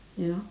you know